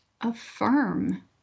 affirm